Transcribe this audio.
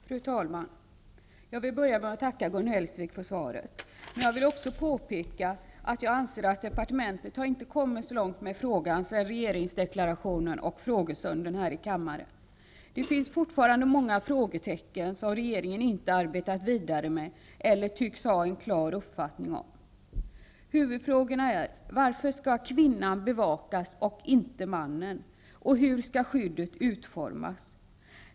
Fru talman! Jag vill börja med att tacka Gun Hellsvik för svaret. Jag vill också påpeka att jag inte tycker att departementet har kommit så långt med frågan sedan regeringsdeklarationen och frågestunden här i kammaren. Det finns fortfarande många frågetecken som regeringen inte arbetat vidare med eller tycks ha en klar uppfattning om. Huvudfrågorna är: Varför skall kvinnan bevakas och inte mannen? Hur skall skyddet utformas?